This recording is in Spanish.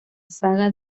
saga